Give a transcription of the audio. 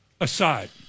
aside